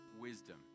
wisdom